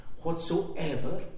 whatsoever